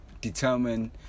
determine